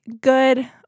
good